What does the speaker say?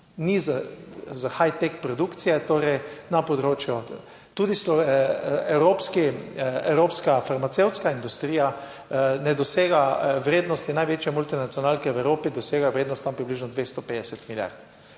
Ni za Hight tech produkcije, torej na področju tudi evropska farmacevtska industrija ne dosega vrednosti največje multinacionalke v Evropi, dosega vrednost tam približno 250 milijard.